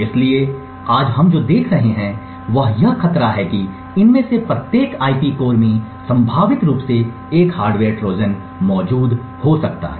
इसलिए आज हम जो देख रहे हैं वह यह खतरा है कि इनमें से प्रत्येक आईपी कोर में संभावित रूप से एक हार्डवेयर ट्रोजन मौजूद हो सकता है